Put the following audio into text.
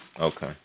okay